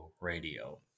radio